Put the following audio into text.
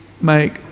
make